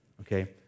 Okay